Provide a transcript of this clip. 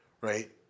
Right